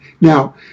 Now